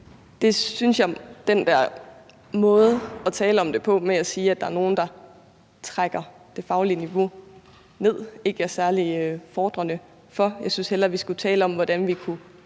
Det er den der måde at tale om det på ved at sige, at der er nogen, der trækker det faglige niveau ned, ikke særlig fordrende for. Jeg synes hellere, vi skulle tale om, hvordan vi kunne